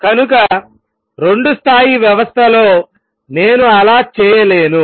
కనుక రెండు స్థాయి వ్యవస్థలో నేను అలా చేయలేను